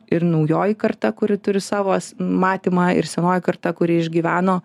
ir naujoji karta kuri turi savo matymą ir senoji karta kuri išgyveno